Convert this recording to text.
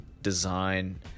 Design